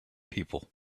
people